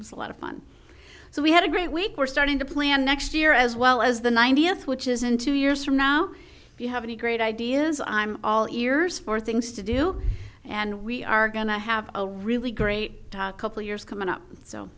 was a lot of fun so we had a great week we're starting to plan next year as well as the ninetieth which is in two years from now if you have any great ideas i'm all ears for things to do and we are going to have a really great couple of years coming up